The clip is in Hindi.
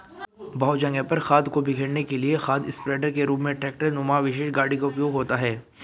बहुत जगह पर खाद को बिखेरने के लिए खाद स्प्रेडर के रूप में ट्रेक्टर नुमा विशेष गाड़ी का उपयोग होता है